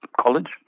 college